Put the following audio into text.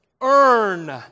earn